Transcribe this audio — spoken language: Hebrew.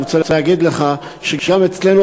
אני רוצה להגיד לך שגם אצלנו,